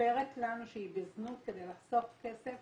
שמספרת לנו שהיא בזנות כדי לחסוך כסף